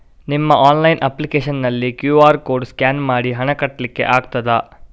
ನಿಮ್ಮ online application ನಲ್ಲಿ QR code scan ಮಾಡಿ ಹಣ ಕಟ್ಲಿಕೆ ಆಗ್ತದ?